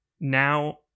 now